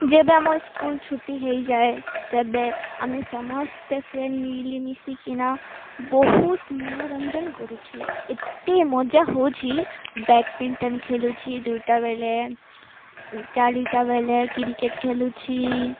ଯେବେ ଆମ ସ୍କୁଲ୍ ଛୁଟି ହେଇଯାଏ ତେବେ ଆମେ ସମସ୍ତେ ଫ୍ରେଣ୍ଡ୍ ମିଲିମିଶିକିନା ବହୁତ ମନୋରଞ୍ଜନ କରୁଛି ଏତେ ମଜା ହଉଛି ବ୍ୟାଡ଼ମିଣ୍ଟନ୍ ଖେଲୁଛି ଦୁଇଟା ବେଲେ ଚାରିଟା ବେଲେ କ୍ରିକେଟ୍ ଖେଲୁଛି